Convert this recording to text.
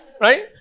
Right